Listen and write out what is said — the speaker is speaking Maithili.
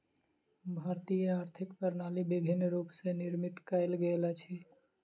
भारतीय आर्थिक प्रणाली विभिन्न रूप स निर्मित कयल गेल अछि